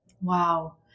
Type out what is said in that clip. wow